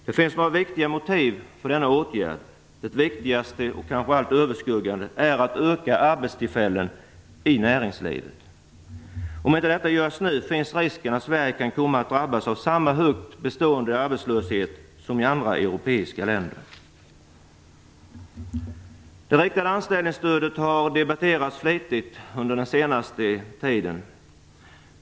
Det finns några viktiga motiv för denna åtgärd. Det viktigaste - och allt överskuggande - är att öka antalet arbetstillfällen i näringslivet. Om inte detta görs nu finns risken att Sverige kan komma att drabbas av samma höga bestående arbetslöshet som i många andra europeiska länder. Det riktade anställningsstödet har debatterats flitigt under den senaste tiden.